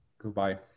Goodbye